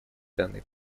данный